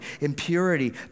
impurity